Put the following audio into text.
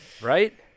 right